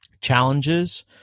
challenges